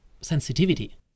sensitivity